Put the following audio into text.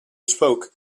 spoke